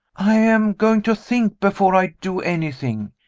i am going to think, before i do anything.